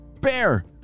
Bear